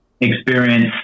experience